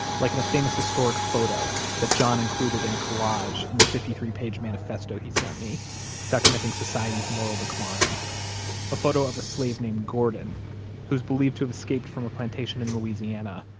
like in a famous historic photo that john included in a collage in the fifty three page manifesto he sent me documenting society's moral decline a photo of a slave named gordon who has believed to have escaped from a plantation in louisiana,